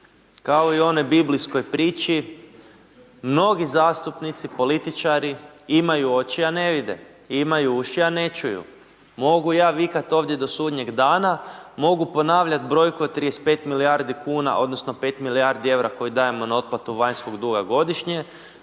kao i onoj biblijskoj priči, mnogi zastupnici, političari, imaju oči, a ne vide. Imaju uši, a ne čuju. Mogu ja vikat ovdje do sudnjeg dana, mogu ponavljati brojku od 35 milijardi kuna odnosno 5 milijardi eura koji dajemo na otplatu vanjskog duga godišnje,